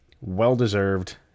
Well-deserved